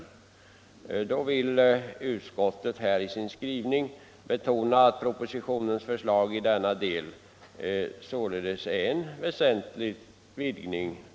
Utskottet vill i sin skrivning betona att propositionens förslag i denna del innebär en väsentlig utvidgning.